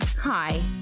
Hi